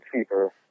cheaper